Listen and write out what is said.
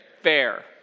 Fair